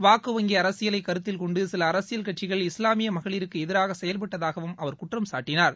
வாக்குவங்கி அரசியலை கருத்தில்கொண்டு சில அரசியல் கட்சிகள் இஸ்லாமிய மகளருக்கு எதிராக செயல்பட்டதாகவும் அவர் குற்றம் சாட்டினார்